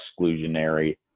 exclusionary